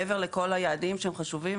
מעבר לכל היעדים שחשובים,